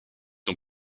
son